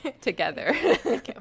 Together